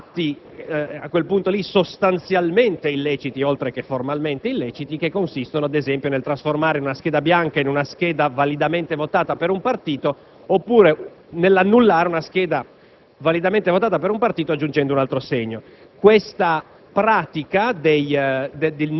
la procedura prevista dalla legge e può dare luogo ad atti a quel punto sostanzialmente oltre che formalmente illeciti, che consistono, ad esempio, nel trasformare una scheda bianca in una scheda validamente votata per un partito oppure